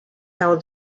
held